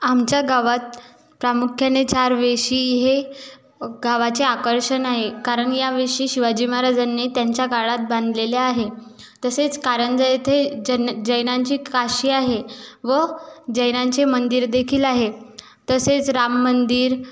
आमच्या गावात प्रामुख्याने चार वेशी हे गावाचे आकर्षण आहे कारण या वेशी शिवाजी महाराजांनी त्यांच्या काळात बांधलेल्या आहे तसेच कारंजा येथे जन्न जैनांची काशी आहे व जैनांचे मंदिर देखील आहे तसेच राममंदिर